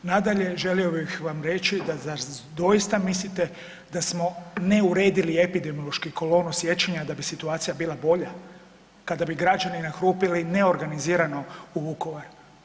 Nadalje, želio bih vam reći da zar doista mislite da smo ne uredili epidemiološki kolonu sjećanja da bi situacija bila bolja, kada bi građani nahrupili neorganizirano u Vukovar?